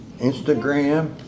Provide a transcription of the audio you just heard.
Instagram